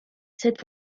cette